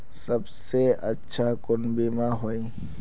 सबसे अच्छा कुन बिमा होय?